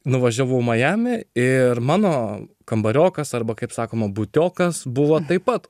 nuvažiavau majamį ir mano kambariokas arba kaip sakoma butiokas buvo taip pat